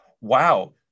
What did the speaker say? wow